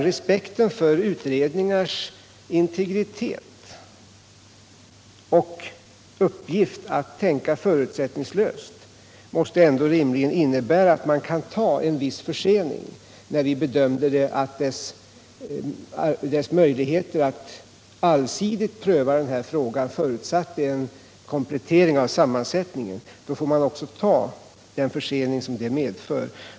Respekten för utredningars integritet och uppgift att arbeta förutsättningslöst måste rimligen innebära att man kan godta en viss försening. Vi bedömde att det behövdes en viss komplettering av sammansättningen för att utredningen skulle få möjligheter att allsidigt bedöma frågan. Då får man också acceptera den försening det medför.